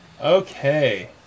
Okay